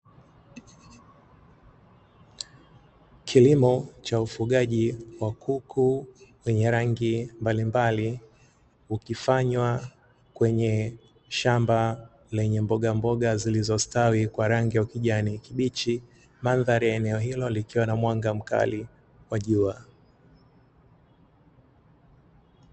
Kilimo cha ufugaji wa kuku wenye rangi mbalimbali ukifanywa kwenye shamba lenye mbogamboga zilizostawi kwa rangi ya ukijani kibichi. Mandhari ya eneo hilo likiwa na mwanga mkali wa jua.